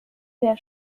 der